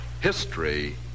history